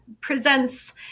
presents